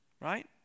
right